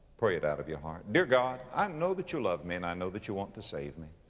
pray it out of your heart, dear god, i know that you love me and i know that you want to save me.